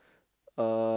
uh